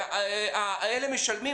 אלה משלמים,